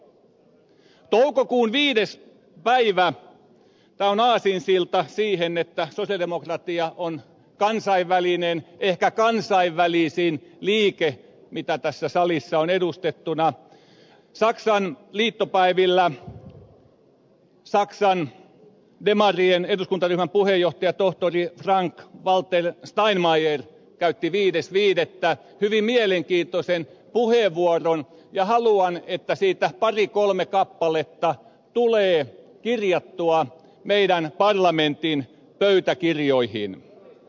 päivä tämä on aasinsilta siihen että sosialidemokratia on kansainvälinen ehkä kansainvälisin liike mitä tässä salissa on edustettuna saksan liittopäivillä saksan demareiden eduskuntaryhmän puheenjohtaja tohtori frank walter steinmeier käytti hyvin mielenkiintoisen puheenvuoron ja haluan että siitä pari kolme kappaletta tulee kirjattua meidän parlamenttimme pöytäkirjoihin